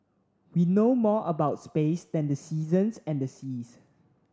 we know more about space than the seasons and the seas